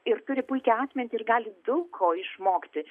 ir turi puikią atmintį ir gali daug ko išmokti